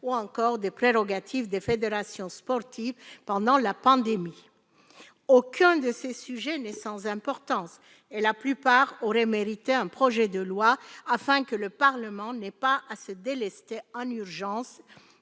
ou encore aux prérogatives des fédérations sportives pendant la pandémie. Aucun de ces sujets n'est sans importance et la plupart auraient mérité un projet de loi, afin que le Parlement n'ait pas à se délester en urgence